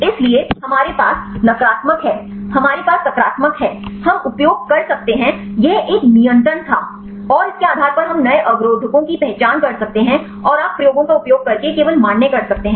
इसलिए हमारे पास नकारात्मक हैं हमारे पास सकारात्मक हैं हम उपयोग कर सकते हैं यह एक नियंत्रण था और इसके आधार पर हम नए अवरोधकों की पहचान कर सकते हैं और आप प्रयोगों का उपयोग करके केवल मान्य कर सकते हैं